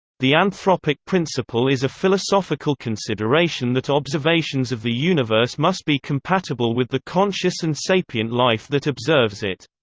the anthropic principle is a philosophical consideration that observations of the universe must be compatible with the conscious and sapient life that observes it.